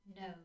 No